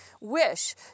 wish